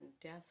death